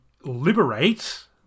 liberate